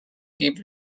keep